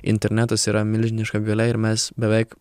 internetas yra milžiniška galia ir mes beveik